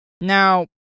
Now